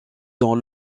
dans